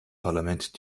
parlament